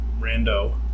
rando